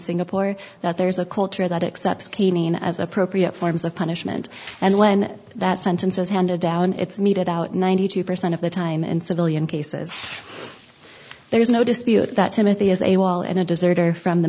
singapore that there's a culture that excepts caning as appropriate forms of punishment and when that sentences handed down it's meted out ninety two percent of the time in civilian cases there is no dispute that timothy is a wall and a deserter from the